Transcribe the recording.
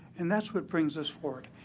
and that's what brings us forward.